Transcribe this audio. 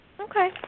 Okay